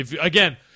Again